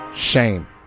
Shame